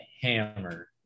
hammer